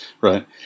right